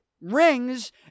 rings